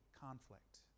conflict